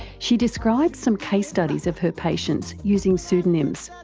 she describes some case studies of her patients using pseudonyms.